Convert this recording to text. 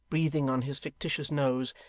breathing on his fictitious nose,